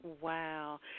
Wow